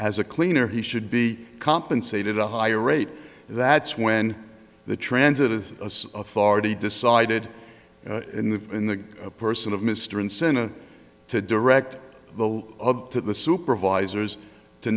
as a cleaner he should be compensated a higher rate that's when the transit of us authorities decided in the in the person of mr incentive to direct the up to the supervisors to